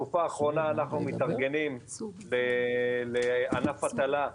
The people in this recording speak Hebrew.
בתקופה האחרונה אנחנו מתארגנים לענף הטלה,